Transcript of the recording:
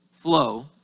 flow